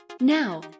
Now